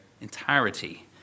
entirety